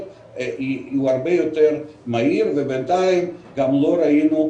הוא הרבה יותר מהיר ובינתיים לא ראינו,